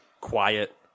Quiet